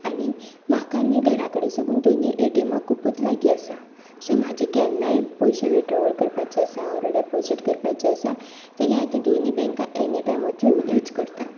आनी म्हाका न्हय घरा कडेन सावन दोनूय ए टी एमां खूबच लागीं आसा सो म्हजे केन्नाय पयशे वीतड्रॉवल करपाचे आसा ओर डेपोजीट करपाचे आसा जाल्यार हांव दोनूय बँकांत एनीटायम वचून यूज करतां